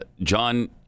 John